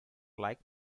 like